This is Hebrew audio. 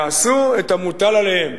יעשו את המוטל עליהם.